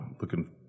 looking